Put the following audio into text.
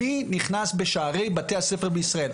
מי נכנס בשערי בתי הספר בישראל?